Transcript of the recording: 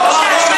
בטוח שהשם